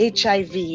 HIV